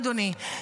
אדוני,